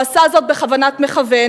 הוא עשה זאת בכוונת מכוון,